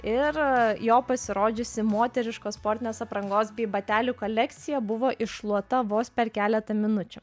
ir jo pasirodžiusi moteriškos sportinės aprangos bei batelių kolekcija buvo iššluota vos per keletą minučių